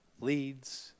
leads